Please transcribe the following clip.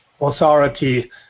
authority